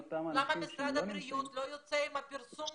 למה משרד הבריאות לא יוצא עם פרסום